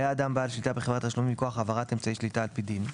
היה אדם בעל שליטה בחברת תשלומים מכוח העברת אמצעי שליטה על פי דין,